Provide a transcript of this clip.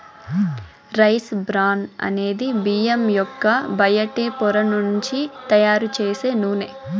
rice bran అనేది బియ్యం యొక్క బయటి పొర నుంచి తయారు చేసే నూనె